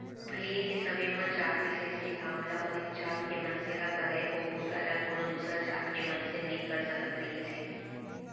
पहिली के समे म जात बिसेस के काम ल उहींच जात के मनसे ह करय ओ बूता ल कोनो दूसर जात के मनसे नइ कर सकत रिहिस हे